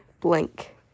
blank